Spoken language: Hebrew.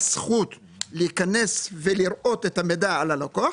זכות להיכנס ולראות את המידע על הלקוח,